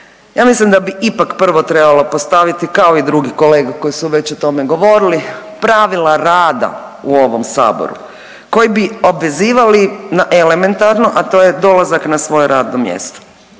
ja mislim da bi ipak prvo trebalo postaviti kao u drugi kolege koji su već o tome govorili pravila rada u ovom Saboru koji bi obvezivali na elementarno, a to je dolazak na svoje radno mjesto.